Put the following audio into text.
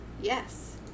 Yes